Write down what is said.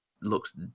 looks